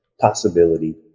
possibility